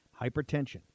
Hypertension